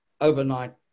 overnight